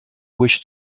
wish